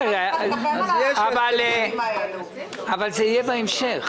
זה יהיה בהמשך.